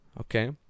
Okay